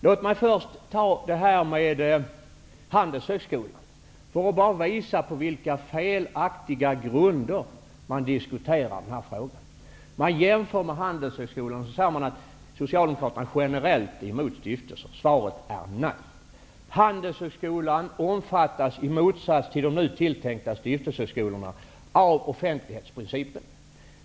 Låt mig först ta upp frågan om Handelshögskolan för att visa på vilka felaktiga grunder som man diskuterar denna fråga. Det görs en jämförelse med Handelshögskolan och sägs sedan att Socialdemokraterna generellt är mot stiftelser. Svaret på det är nej. Handelshögskolan omfattas i motsats till de nu tilltänkta stiftelseskolorna av offentlighetsprincipen.